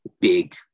big